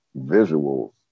visuals